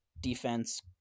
defense